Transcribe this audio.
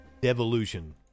Devolution